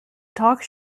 talk